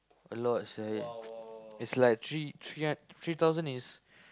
a lot sia it it's like three three hun three thousand is